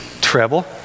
treble